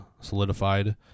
solidified